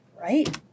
right